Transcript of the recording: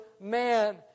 man